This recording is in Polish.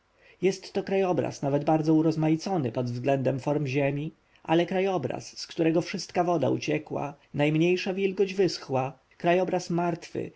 jest to krajobraz nawet bardzo urozmaicony pod względem form ziemi ale krajobraz z którego wszystka woda uciekła najmniejsza wilgoć wyschła krajobraz martwy